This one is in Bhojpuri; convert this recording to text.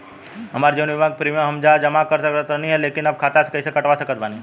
हमार जीवन बीमा के प्रीमीयम हम जा के जमा करत रहनी ह लेकिन अब खाता से कइसे कटवा सकत बानी?